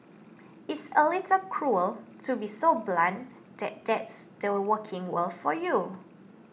it's a little cruel to be so blunt that that's the working world for you